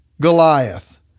Goliath